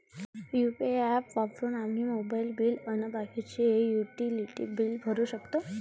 UPI app वापरून आम्ही mobile bill अन बाकीचे युटिलिटी बिल भरू शकतो